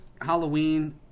Halloween